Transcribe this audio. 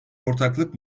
ortaklık